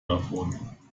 davon